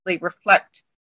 reflect